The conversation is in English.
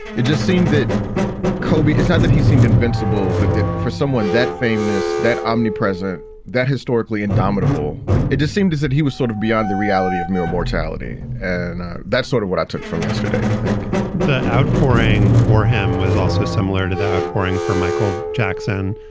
it just seemed that kobe is not that he seemed invincible. but for someone that famous, that omnipresent, that historically indomitable, it just seemed as that he was sort of beyond the reality of mere mortality and that's sort of what i took from yesterday i think the outpouring for him was also similar to that outpouring for michael jackson,